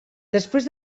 després